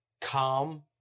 calm